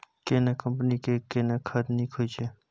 केना कंपनी के केना खाद नीक होय छै?